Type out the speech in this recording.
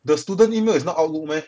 the student email is not outlook meh